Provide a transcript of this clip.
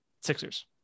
Sixers